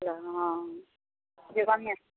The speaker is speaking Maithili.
हँ जे बढ़िआँ